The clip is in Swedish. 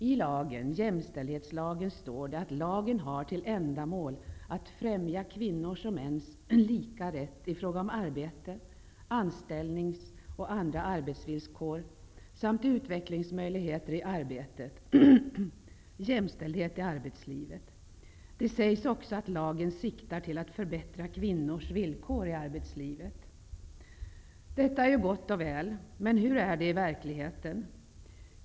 I lagen, jämställdhetslagen, står det att lagen har till ändamål att främja kvinnors och mäns lika rätt i fråga om arbete, anställnings och andra arbetsvillkor samt utvecklingsmöjligheter i arbetet, dvs. jämställdhet i arbetslivet. Det sägs också att lagen siktar till att förbättra kvinnors villkor i arbetslivet. Detta är ju gott och väl. Men hur är det i verkligheten?